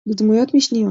דמויות משניות